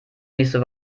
nächste